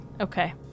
Okay